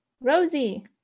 Rosie